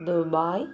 Dubai